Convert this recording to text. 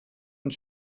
und